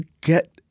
get